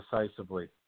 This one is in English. decisively